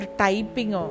typing